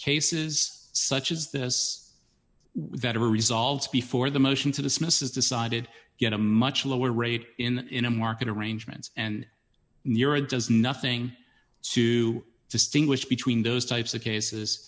cases such as this better results before the motion to dismiss is decided yet a much lower rate in a market arrangements and does nothing to distinguish between those types of cases